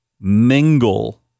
mingle